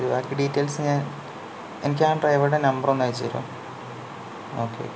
ബാക്കി ഡീറ്റെയിൽസ് ഞാൻ എനിക്കാ ഡ്രൈവറുടെ നമ്പറ് ഒന്ന് അയച്ച് തരുമൊ ഓക്കേ